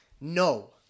No